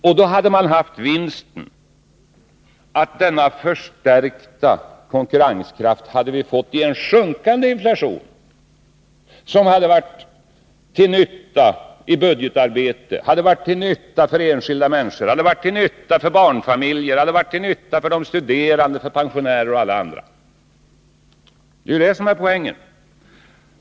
Då hade vinsten varit den att vi hade fått denna förstärkta konkurrenskraft i en sjunkande inflation som hade varit till nytta i budgetarbetet, för enskilda människor, för barnfamiljer, för de studerande, för pensionärer och för alla andra. Det är ju det som är poängen.